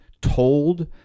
Told